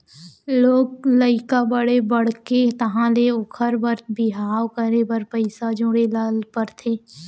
लोग लइका बड़े बाड़गे तहाँ ले ओखर बर बिहाव करे बर पइसा जोड़े ल परथे